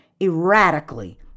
erratically